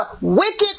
wicked